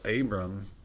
Abram